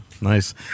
Nice